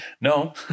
no